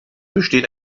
besteht